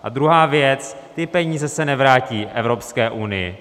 A druhá věc, ty peníze se nevrátí Evropské unii.